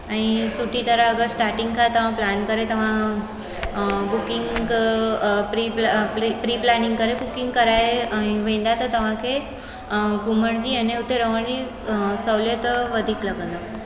ऐं सुठी तरह अगरि स्टाटिंग खां तव्हां प्लान करे तव्हां बुकिंग प्री प्ल प्री प्लेनिंग करे बुकिंग कराए ऐं वेंदा त तव्हांखे घुमण जी अने हुते रहण जी सहूलियत वधीक लॻंदव